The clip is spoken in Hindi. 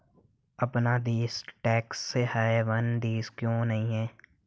अपना देश टैक्स हेवन देश क्यों नहीं है?